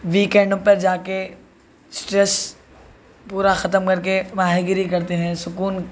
ویکینڈو پر جا کے اسٹریس پورا ختم کر کے ماہی گیری کرتے ہیں سکون